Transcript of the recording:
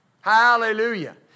Hallelujah